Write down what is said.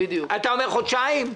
אתה אומר: חודשיים?